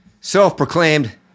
self-proclaimed